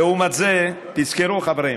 לעומת זאת, תזכרו, חברים,